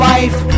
Life